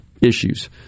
issues